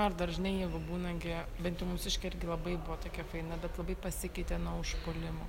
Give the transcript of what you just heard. ar dar žinai jeigu būna gi bent jau mūsiškė irgi labai buvo tokia faina bet labai pasikeitė nuo užpuolimo